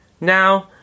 Now